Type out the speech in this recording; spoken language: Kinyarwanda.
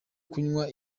kunywa